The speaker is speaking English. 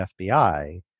FBI